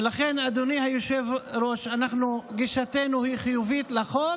ולכן, אדוני היושב-ראש, גישתנו היא חיובית לחוק,